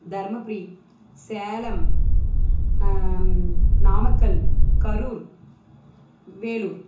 Dharmapuri Salem Namakkal Karur Vellore